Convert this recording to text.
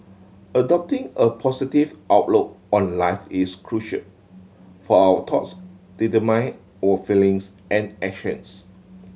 adopting a positive outlook on life is crucial for our thoughts determine our feelings and actions